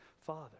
Father